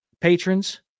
patrons